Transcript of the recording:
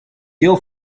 gail